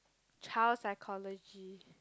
child psychology